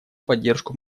поддержку